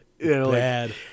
Bad